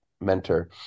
mentor